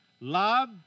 Love